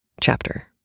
chapter